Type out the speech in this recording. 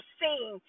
seen